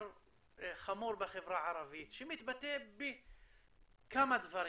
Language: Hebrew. חמור בחברה הערבית שמתבטא בכמה דברים,